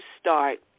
start